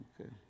Okay